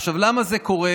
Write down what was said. עכשיו, למה זה קורה?